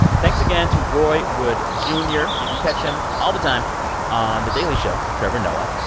thanks again to roy wood jr. you can catch him all the time on the daily show with trevor noah.